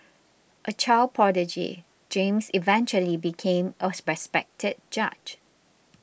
a child prodigy James eventually became a respected judge